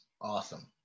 Awesome